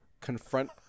confront